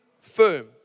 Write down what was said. firm